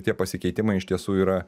tie pasikeitimai iš tiesų yra